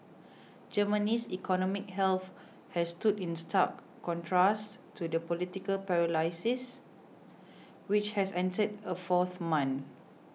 Germany's economic health has stood in stark contrast to the political paralysis which has entered a fourth month